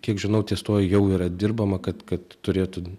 kiek žinau ties tuo jau yra dirbama kad kad turėtų